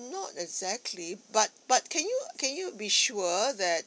not exactly but but can you can you be sure that